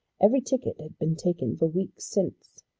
every ticket had been taken for weeks since.